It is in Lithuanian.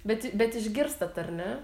bet bet išgirstat ar ne